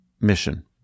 mission